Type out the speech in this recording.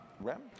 ram